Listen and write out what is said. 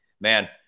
man